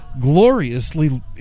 gloriously